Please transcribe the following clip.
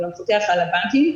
ולמפקח על הבנקים,